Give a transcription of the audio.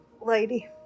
lady